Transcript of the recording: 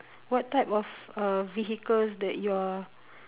what type of uh vehicles that you are